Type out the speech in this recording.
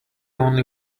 only